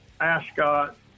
Ascot